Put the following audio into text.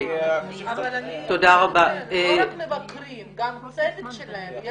לא רק מבקרים אלא גם הצוות שלהם.